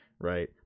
right